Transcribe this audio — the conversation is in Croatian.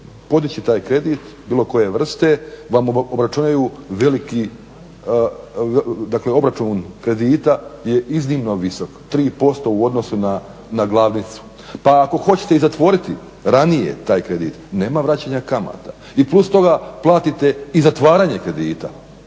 podići taj kredit, bilo koje vrste vam obračunaju veliki, dakle obračun kredita je iznimno visok, 3% u odnosu na glavnicu. Pa ako hoćete i zatvoriti ranije taj kredit, nema vraćanja kamata i plus toga platite i zatvaranje kredita